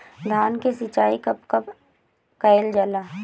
धान के सिचाई कब कब कएल जाला?